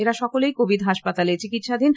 এরা সকলেই কোভিড হাসপাতালে চিকিৎসাধীন